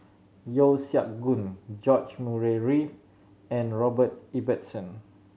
Yeo Siak Goon George Murray Reith and Robert Ibbetson